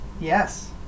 yes